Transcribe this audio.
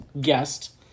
guest